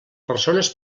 persones